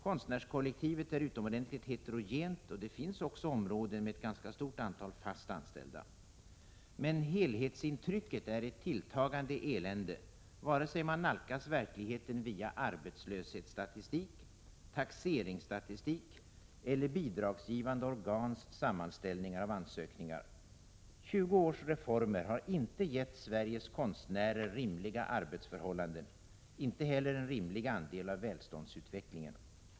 Konstnärskollektivet är utomordentligt heterogent, och det finns också områden med ett ganska stort antal fast anställda. Helhetsintrycket är emellertid ett tilltagande elände, vare sig man nalkas verkligheten via arbetslöshetsstatistik, taxeringsstatistik eller bidragsgivande organs sammanställningar av ansökningar. Tjugo års reformer har inte givit Sveriges konstnärer rimliga arbetsförhållanden, inte heller en rimlig andel av välståndsutvecklingen.